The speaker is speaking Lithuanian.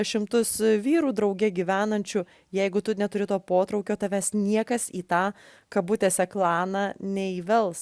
šimtus vyrų drauge gyvenančių jeigu tu neturi to potraukio tavęs niekas į tą kabutėse klaną neįvels